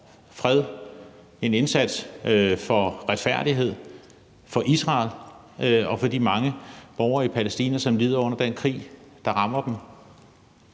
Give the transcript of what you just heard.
fred, en indsats for retfærdighed for Israel og for de mange borgere i Palæstina, som lider under den krig, der rammer dem.